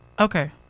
Okay